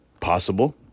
Possible